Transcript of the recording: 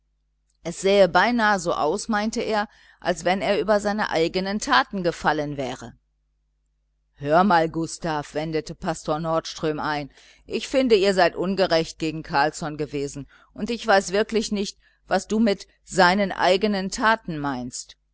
es sähe beinahe so aus meinte er als wenn er über seine eigenen taten gefallen wäre hör einmal gustav wendete pastor nordström ein ich finde ihr seid ungerecht gegen carlsson gewesen und ich weiß wirklich nicht was du mit seinen eigenen taten meinst